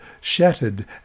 shattered